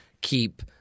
keep